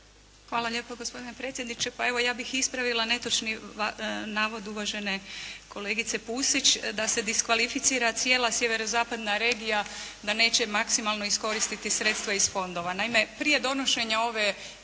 Hvala lijepo, gospodine predsjedniče. Ja bih ispravila netočni navod uvažene kolegice Pusić da se diskvalificira cijela sjevero-zapadna regija da neće maksimalno iskoristiti sredstva iz fondova.